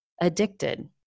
addicted